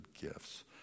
gifts